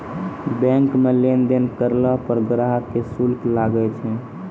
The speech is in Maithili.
बैंक मे लेन देन करलो पर ग्राहक के शुल्क लागै छै